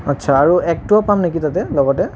আচ্ছা আৰু এগটোও পাম নেকি তাতে লগতে